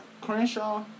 Crenshaw